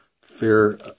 fear